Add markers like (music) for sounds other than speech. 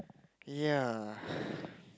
ya (breath)